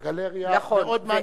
לגלריה.